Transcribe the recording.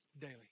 Daily